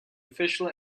official